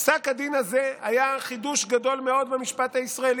פסק הדין הזה היה חידוש גדול מאוד במשפט הישראלי,